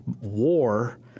War